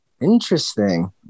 Interesting